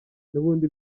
nubundi